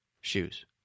shoes